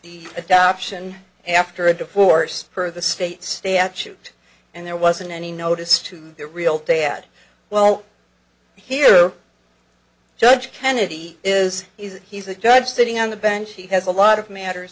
the adoption after a divorce per the state statute and there wasn't any notice to the real dad well here judge kennedy is is he's a judge sitting on the bench he has a lot of matters